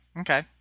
Okay